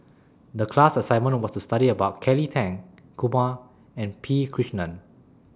The class assignment was to study about Kelly Tang Kumar and P Krishnan